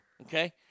okay